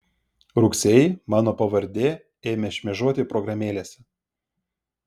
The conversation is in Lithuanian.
rugsėjį mano pavardė ėmė šmėžuoti programėlėse